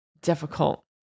difficult